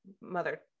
mother